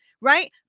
Right